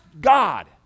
God